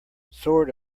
sort